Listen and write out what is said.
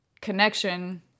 connection